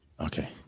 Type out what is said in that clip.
Okay